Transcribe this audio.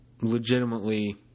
legitimately